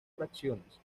fracciones